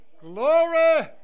Glory